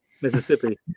Mississippi